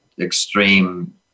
extreme